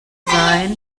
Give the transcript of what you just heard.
sein